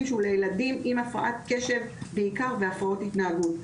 שהוא לילדים עם הפרעת קשב בעיקר והפרעות התנהגות,